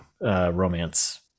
romance